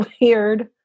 weird